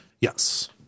yes